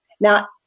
Now